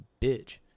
bitch